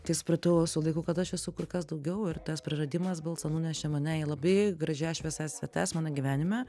tai supratau su laiku kad aš esu kur kas daugiau ir tas praradimas balso nunešė mane į labai gražias šviesas vietas mano gyvenime